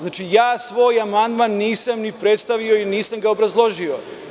Znači ja svoj amandman nisam ni predstavio, nisam ga obrazložio.